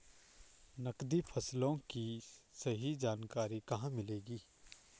नकदी फसलों की सही जानकारी कहाँ मिलेगी?